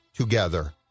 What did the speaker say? Together